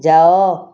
ଯାଅ